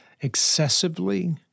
excessively